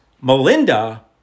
Melinda